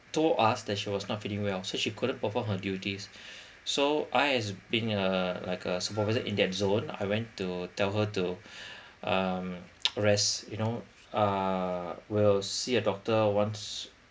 told us that she was not feeling well so she couldn't perform her duties so I as being a like a supervisor in that zone I went to tell her to um rest you know uh we'll see a doctor once